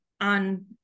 on